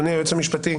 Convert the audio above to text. אדוני היועץ המשפטי,